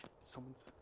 someone's